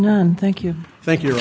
and thank you thank you